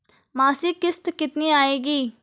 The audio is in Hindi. मासिक किश्त कितनी आएगी?